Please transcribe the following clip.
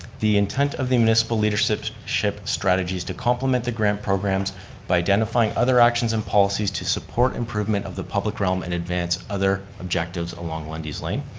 the intent of the municipal leadership strategy is to complement the grant programs by identifying other actions and policies to support improvement of the public realm and advance other objectives along lundy's lane.